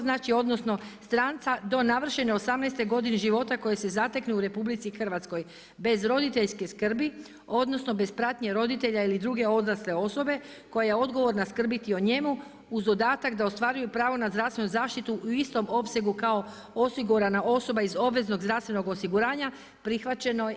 Znači, odnosno stranca do navršene 18 godine života koji se zatekne u RH bez roditeljske skrbi, odnosno bez pratnje roditelja ili druge odrasle osobe koja je odgovorna skrbiti o njemu uz dodatak da ostvaruju pravo na zdravstvenu zaštitu u istom opsegu kao osigurana osoba iz obveznog zdravstvenog osiguranja prihvaćeno.